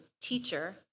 teacher